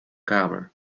kamer